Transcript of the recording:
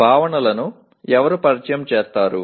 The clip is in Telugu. భావనలను ఎవరు పరిచయం చేస్తారు